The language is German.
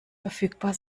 verfügbar